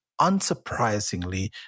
unsurprisingly